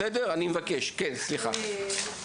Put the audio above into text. גם בעניין